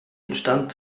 entstand